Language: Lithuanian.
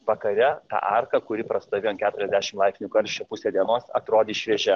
vakare ta arka kuri prastovėjo ant keturiasdešim laipsnių karščio pusę dienos atrodys šviežia